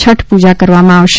છઠ પૂજા કરવામાં આવશે